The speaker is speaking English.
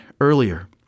earlier